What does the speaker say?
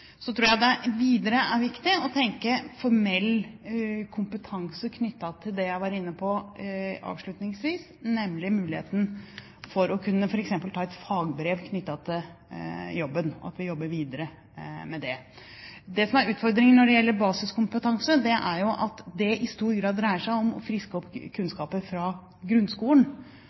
Så tror jeg videre det er viktig at vi jobber videre med å tenke formell kompetanse knyttet til det jeg var inne på avslutningsvis, nemlig muligheten til f.eks. å kunne ta et fagbrev knyttet til jobben. Det som er utfordringen når det gjelder basiskompetanse, er at det i stor grad dreier seg om å friske opp kunnskaper fra grunnskolen,